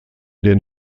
den